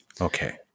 Okay